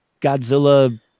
Godzilla